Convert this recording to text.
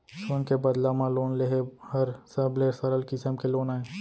सोन के बदला म लोन लेहे हर सबले सरल किसम के लोन अय